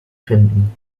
finden